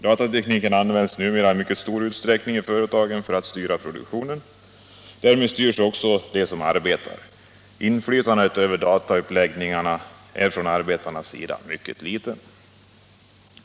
Den används numera i mycket stor utsträckning i företagen för att styra produktionen, och därmed styrs också de som arbetar. Inflytandet över datauppläggningarna är från de arbetandes sida mycket obetydligt.